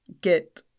get